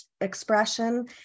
expression